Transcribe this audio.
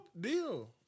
deal